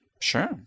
Sure